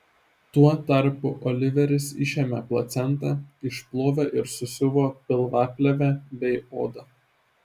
tuo tarpu oliveris išėmė placentą išplovė ir susiuvo pilvaplėvę bei odą